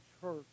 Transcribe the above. church